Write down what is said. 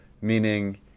meaning